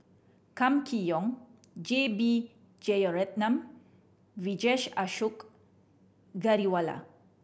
Kam Kee Yong J B Jeyaretnam Vijesh Ashok Ghariwala